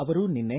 ಅವರು ನಿನ್ನೆ